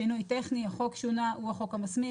שינוי טכני החוק שונה והוא החוק המסמיך,